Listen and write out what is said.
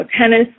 tennis